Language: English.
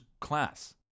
class